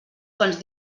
quants